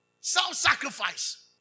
Self-sacrifice